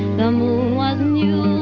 the moon was new,